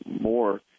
more